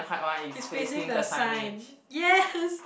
is facing the sign yes